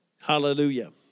Hallelujah